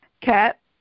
Kat